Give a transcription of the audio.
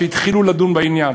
כשהתחילו לדון בעניין